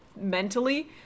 mentally